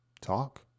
talk